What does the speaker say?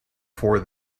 for